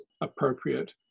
appropriate